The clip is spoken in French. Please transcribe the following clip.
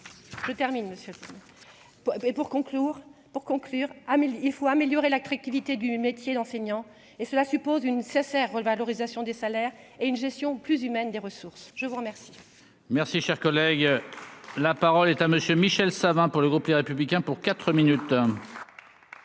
se termine monsieur le et pour conclure, pour conclure, Amélie il faut améliorer l'attractivité du métier d'enseignant et cela suppose une cessèrent, revalorisation des salaires et une gestion plus humaine des ressources, je vous remercie.